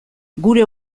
gure